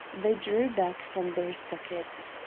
they drew back from their sockets.